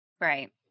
Right